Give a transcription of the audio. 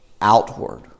outward